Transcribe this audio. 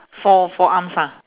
four four arms ha